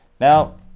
Now